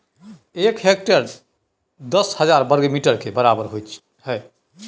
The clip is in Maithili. एक हेक्टेयर दस हजार वर्ग मीटर के बराबर होय हय